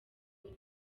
tuba